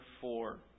four